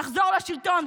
נחזור לשלטון,